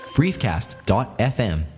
briefcast.fm